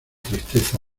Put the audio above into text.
tristeza